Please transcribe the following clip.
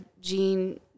gene